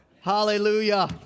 Hallelujah